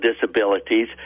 disabilities